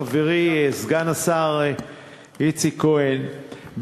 חברי סגן השר איציק כהן,